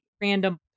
random